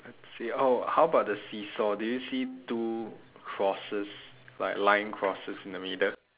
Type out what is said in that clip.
let's see oh how about the seesaw did you see two crosses like line crosses in the middle